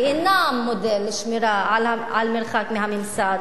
ואינם מודל לשמירה על מרחק מהממסד.